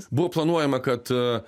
buvo planuojama kad